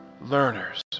learners